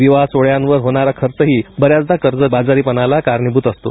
विवाहसोहळ्यांवर होणारा खर्चही बर्यातचदा कर्जबाजारीपणाला कारणीभूत असतो